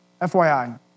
FYI